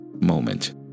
moment